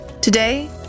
Today